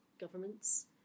governments